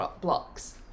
blocks